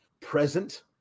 present